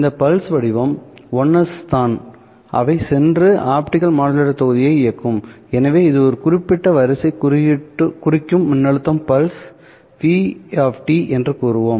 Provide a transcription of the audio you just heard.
இந்த பல்ஸ் வடிவம் 1's தான் அவை சென்று ஆப்டிகல் மாடுலேட்டர் தொகுதியை இயக்கும் எனவே இது குறிப்பிட்ட வரிசையை குறிக்கும் மின்னழுத்த பல்ஸ் v என்று கூறுவோம்